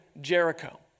Jericho